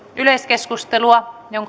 yleiskeskustelun